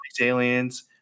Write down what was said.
aliens